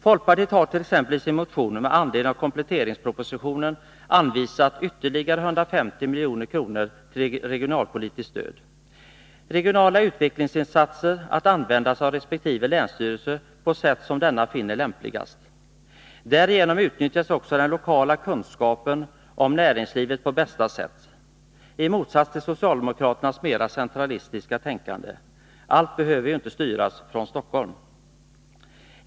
Folkpartiet har t.ex. i sin motion med anledning av kompletteringspropositionen anvisat ytterligare 150 milj.kr. till regionalpolitiskt stöd och tegionala utvecklingsinsatser, att användas av resp. länsstyrelse på sätt som denna finner lämpligast. Därigenom utnyttjas också den lokala kunskapen om näringslivet på bästa sätt, i motsats till vad som blir fallet med socialdemokraternas mera centralistiska tänkande. Allt behöver inte styras från Stockholm!